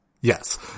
Yes